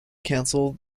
cancel